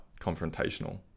confrontational